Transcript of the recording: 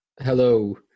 hello